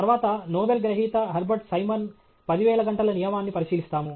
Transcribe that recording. తర్వాత నోబెల్ గ్రహీత Herbert Simon 10000 గంటల నియమాన్ని పరిశీలిస్తాము